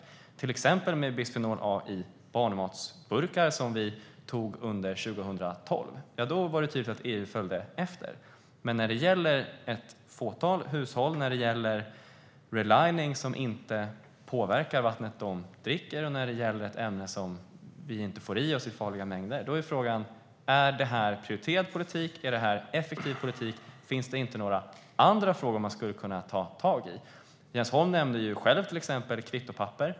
Detta gäller till exempel bisfenol A i barnmatsburkar, som vi beslutade om under 2012. Då var det tydligt att EU följde efter. Men här gäller det ett fåtal hushåll. Det handlar om relining som inte påverkar vattnet de dricker och ett ämne som vi inte får i oss i farliga mängder. Då är frågan om detta är prioriterad politik. Är detta effektiv politik? Finns det inte några andra frågor man skulle kunna ta tag i? Jens Holm nämnde själv exempelvis kvittopapper.